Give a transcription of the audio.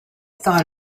thought